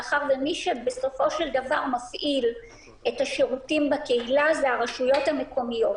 מאחר שמי שבסופו של דבר מפעיל את השירותים בקהילה זה הרשויות המקומיות,